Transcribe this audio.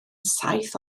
saith